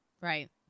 Right